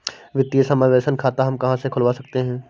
वित्तीय समावेशन खाता हम कहां से खुलवा सकते हैं?